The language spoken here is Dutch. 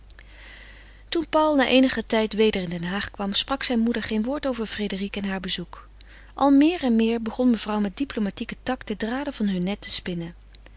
toen paul na eenigen tijd weder in den haag kwam sprak zijn moeder geen woord over frédérique en haar bezoek al meer en meer begon mevrouw met diplomatische tact de draden van heur net te spinnen